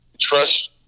Trust